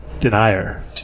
Denier